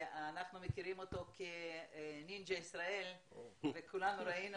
אנחנו מכירים אותו כנינג'ה ישראל וכולנו ראינו